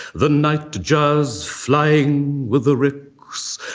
the nightjarsflying with the ricks,